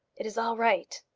it is all right.